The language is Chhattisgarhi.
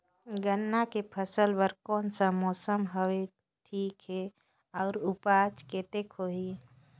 गन्ना के फसल बर कोन सा मौसम हवे ठीक हे अउर ऊपज कतेक होही?